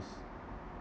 s~